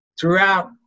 throughout